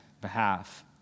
behalf